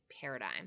paradigm